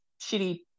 shitty